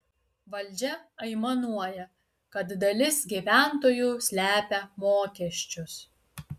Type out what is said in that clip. valdžia aimanuoja kad dalis gyventojų slepia mokesčius